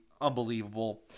unbelievable